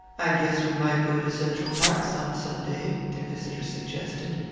i guess we might go to cendral park some sunday, their visitor suggested.